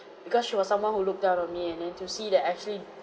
because she was someone who look down on me and then to see that I actually